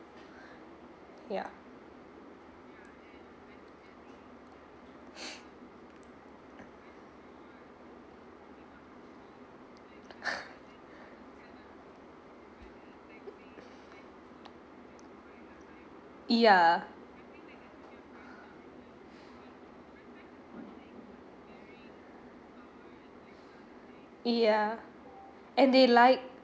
ya ya ya and they like